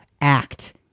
Act